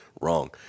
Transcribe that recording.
wrong